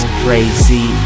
crazy